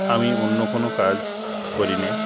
আমি অন্য কোনো কাজ করি না